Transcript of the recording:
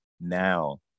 now